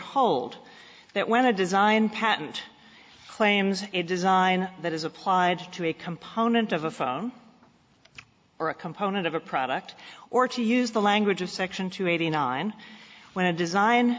hold that when a design patent claims a design that is applied to a component of a phone or a component of a product or to use the language of section two eighty nine when a design